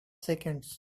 seconds